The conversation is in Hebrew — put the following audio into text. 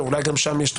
אולי גם שם יש תוספות.